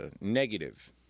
negative